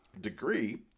degree